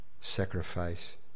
sacrifice